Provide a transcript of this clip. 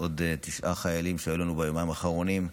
עוד תשעה חיילים היו לנו ביומיים האחרונים.